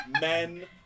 Men